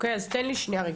אז תן לי שנייה רגע.